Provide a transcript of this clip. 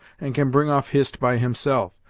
and can bring off hist by himself,